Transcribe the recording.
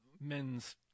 men's